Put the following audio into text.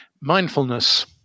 mindfulness